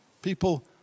People